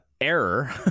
error